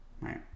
right